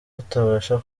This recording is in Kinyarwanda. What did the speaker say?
utabasha